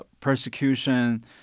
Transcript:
persecution